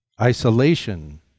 isolation